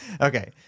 Okay